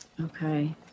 Okay